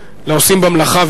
לעושים במלאכה,